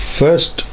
first